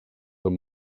amb